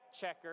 checker